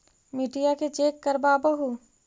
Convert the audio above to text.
मिट्टीया के चेक करबाबहू?